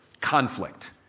Conflict